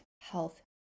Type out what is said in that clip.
health